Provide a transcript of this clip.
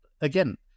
again